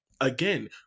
Again